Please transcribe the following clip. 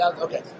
Okay